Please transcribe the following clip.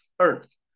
earth